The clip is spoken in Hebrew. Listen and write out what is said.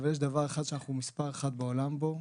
אבל יש דבר אחד שאנחנו מספר אחת בעולם בו,